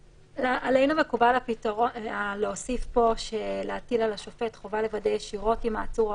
עלינו מקובל הפתרון להטיל על השופט חובה לוודא ישירות עם העצור או